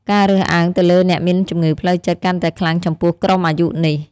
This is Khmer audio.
ការរើសអើងទៅលើអ្នកមានជំងឺផ្លូវចិត្តកាន់តែខ្លាំងចំពោះក្រុមអាយុនេះ។